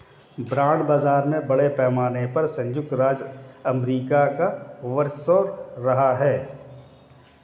bond बाजार में बड़े पैमाने पर सयुक्त राज्य अमेरिका का वर्चस्व रहा है